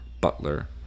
Butler